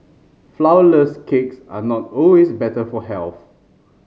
flourless cakes are not always better for health